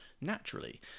naturally